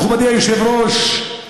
מכובדי היושב-ראש,